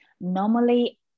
normally